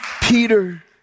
Peter